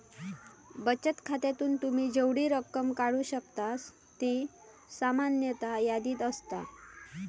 बचत खात्यातून तुम्ही जेवढी रक्कम काढू शकतास ती सामान्यतः यादीत असता